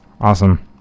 Awesome